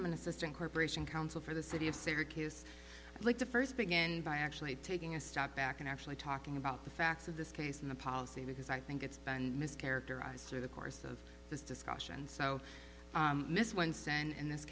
i'm an assistant corporation counsel for the city of syracuse like to first begin by actually taking a step back and actually talking about the facts of this case and the policy because i think it's been mischaracterized through the course of this discussion so